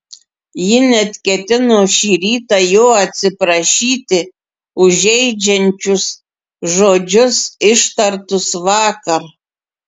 ji net ketino šį rytą jo atsiprašyti už žeidžiančius žodžius ištartus vakar